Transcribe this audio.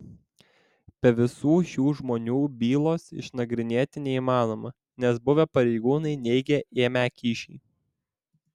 be visų šių žmonių bylos išnagrinėti neįmanoma nes buvę pareigūnai neigia ėmę kyšį